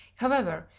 however,